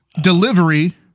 delivery